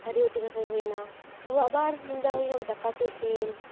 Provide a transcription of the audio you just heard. ᱛᱷᱟᱹᱨᱤ ᱵᱟᱹᱴᱤ ᱜᱷᱟᱥᱟᱨ ᱦᱩᱭᱱᱟ ᱛᱟᱯᱚᱨ ᱧᱤᱫᱟᱹ ᱦᱩᱭᱱᱟ ᱫᱟᱠᱟ ᱩᱛᱩ ᱤᱥᱤᱱ